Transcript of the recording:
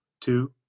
two